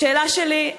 השאלה שלי: